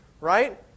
right